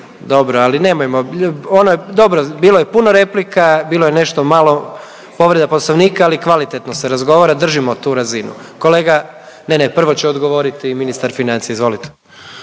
dobro ali nemojmo, ono, dobro bilo je puno replika, bilo je nešto malo povreda Poslovnika, ali kvalitetno se razgovara držimo tu razinu. Kolega, ne, ne, prvo će odgovoriti ministar financija. Izvolite.